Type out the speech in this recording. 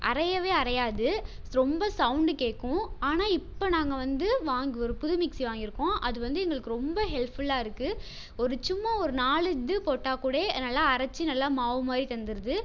அரையவே அரையாது ரொம்ப சவுண்டு கேட்கும் ஆனால் இப்போ நாங்கள் வந்து வாங்கு ஒரு புது மிக்ஸி வாங்கியிருக்கோம் அது வந்து எங்களுக்கு ரொம்ப ஹெல்ப்ஃபுல்லாகருக்கு ஒரு சும்மா ஒரு நாலு இது போட்டால் கூட நல்லா அரைச்சு நல்லா மாவு மாதிரி தந்துடுது